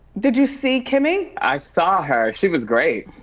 did you see kimmy? i saw her, she was great.